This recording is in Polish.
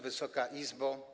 Wysoka Izbo!